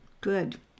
Good